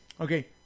Okay